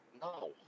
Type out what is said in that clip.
No